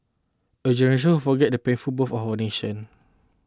a generation who forget the painful birth of our nation